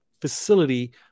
facility